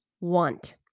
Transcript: want